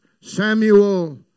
Samuel